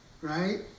right